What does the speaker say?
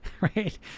Right